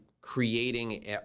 creating